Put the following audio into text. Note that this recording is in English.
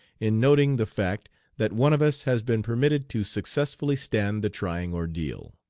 in noting the fact that one of us has been permitted to successfully stand the trying ordeal.